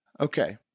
Okay